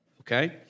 Okay